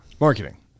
marketing